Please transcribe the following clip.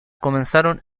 comenzaron